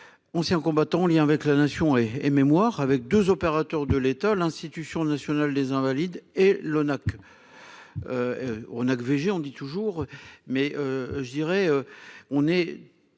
On tient combattant lien avec la nation et et mémoire avec 2 opérateurs de l'État l'Institution nationale des invalides et l'ONAC. ONAC VG, on dit toujours mais je dirais on est.